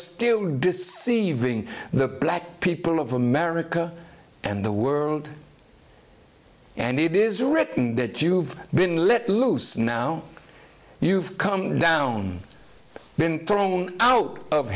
still deceiving the black people of america and the world and it is written that you've been let loose now you've come down been thrown out of